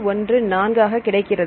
314 கிடைக்கிறது